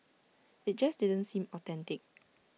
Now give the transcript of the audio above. IT just didn't seem authentic